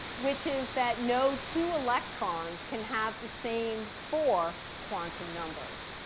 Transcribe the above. which is that no two electrons can have the same four quantum numbers.